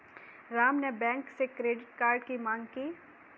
राम ने बैंक से credit card की माँग की